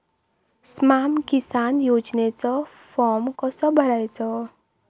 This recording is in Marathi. स्माम किसान योजनेचो फॉर्म कसो भरायचो?